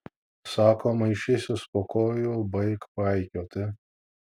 sako maišysis po kojų baik paikioti